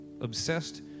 obsessed